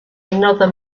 another